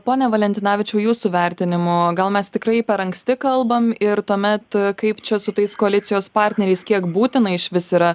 pone valentinavičiau jūsų vertinimu gal mes tikrai per anksti kalbam ir tuomet kaip čia su tais koalicijos partneriais kiek būtina išvis yra